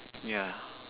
yeah